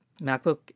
MacBook